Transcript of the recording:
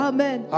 Amen